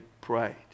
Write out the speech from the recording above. prayed